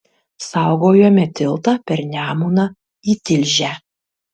saugojome tiltą per nemuną į tilžę